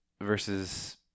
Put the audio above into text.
Versus